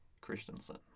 Christensen